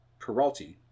Peralti